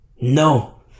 No